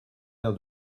l’air